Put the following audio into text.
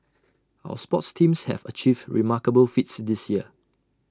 our sports teams have achieved remarkable feats this year